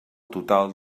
total